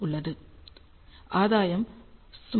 உள்ளது ஆதாயம் சுமார் 7